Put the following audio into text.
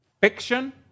Fiction